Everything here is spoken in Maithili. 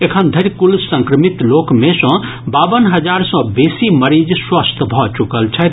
एखन धरि कुल संक्रमित लोक मे सॅ बावन हजार सॅ बेसी मरीज स्वस्थ भऽ चुकल छथि